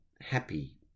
happy